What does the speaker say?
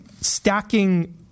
stacking